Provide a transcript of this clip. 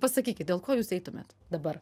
pasakykit dėl ko jūs eitumėt dabar